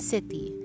City